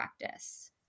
practice